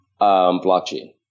Blockchain